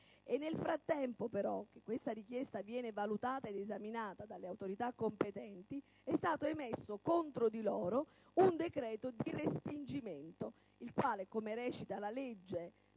Nel frattempo che questa richiesta viene valutata ed esaminata dalle autorità competenti, è stato emesso contro di loro un decreto di respingimento, il quale, come recita la legge